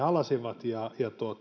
halasivat ja